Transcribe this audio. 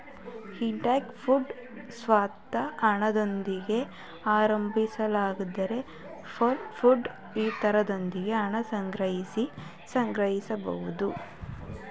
equity fund ಸ್ವಂತ ಹಣದಿಂದ ಆರಂಭಿಸುವುದಾದರೆ ಬಾರೋ ಫಂಡ್ ಇತರರಿಂದ ಹಣ ಸಂಗ್ರಹಿಸಿ ಸಂಗ್ರಹಿಸುವಂತದ್ದು